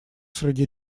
среди